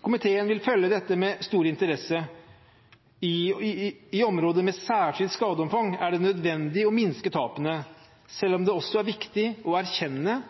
Komiteen vil følge dette med stor interesse. I områder med særskilt skadeomfang er det nødvendig å minske tapene, selv om det også er viktig å erkjenne